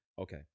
okay